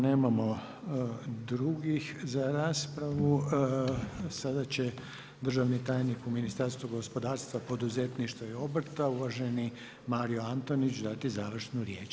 Nemamo drugih za raspravu, sada će državni tajnik u Ministarstvu gospodarstva, poduzetništva i obrta uvaženi Mario Antonić, dati završnu riječ.